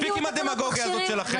מספיק עם הדמגוגיה הזאת שלכם.